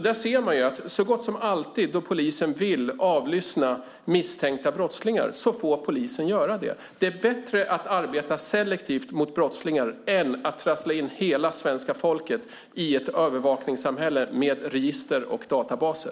Där ser man att så gott som alltid då polisen vill avlyssna misstänkta brottslingar får polisen göra det. Det är bättre att arbeta selektivt mot brottslingar än att trassla in hela svenska folket i ett övervakningssamhälle med register och databaser.